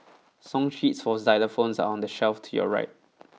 song sheets for xylophones are on the shelf to your right